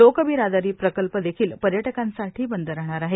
लोक बिरादरी प्रकल्प देखील पर्यटकांसाठी बंद राहणार आहे